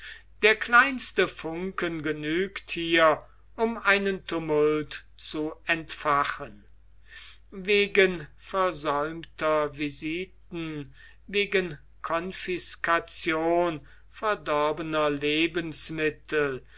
der kleinste funken genügt hier um einen tumult zu entfachen wegen versäumter visiten wegen konfiskation verdorbener lebensmittel